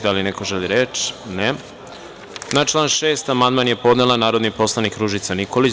Da li neko želi reč? (Ne.) Na član 6. amandman je podnela narodni poslanik Ružica Nikolić.